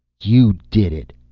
you did it!